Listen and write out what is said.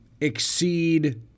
exceed